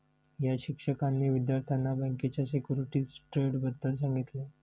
या शिक्षकांनी विद्यार्थ्यांना बँकेच्या सिक्युरिटीज ट्रेडबद्दल सांगितले